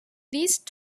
these